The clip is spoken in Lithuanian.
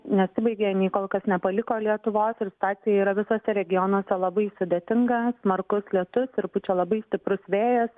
nesibaigė jinai kol kas nepaliko lietuvos ir situacija yra visuose regionuose labai sudėtinga smarkus lietus ir pučia labai stiprus vėjas